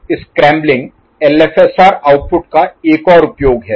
scrambling LFSR output का एक और उपयोग है